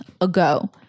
ago